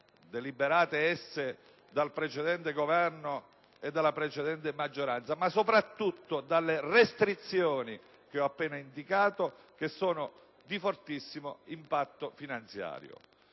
deliberate dal precedente Governo e dalla precedente maggioranza, lo sono soprattutto dalle restrizioni che ho appena indicato, di fortissimo impatto finanziario.